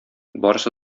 барысы